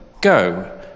Go